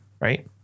right